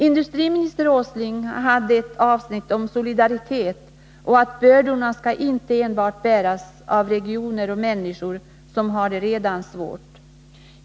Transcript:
Industriminister Åsling hade ett avsnitt om solidaritet där han sade att bördorna inte skall bäras enbart av regioner och människor som redan har det svårt.